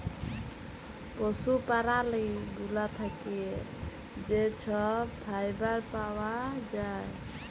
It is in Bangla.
পশু প্যারালি গুলা থ্যাকে যে ছব ফাইবার পাউয়া যায়